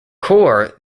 corps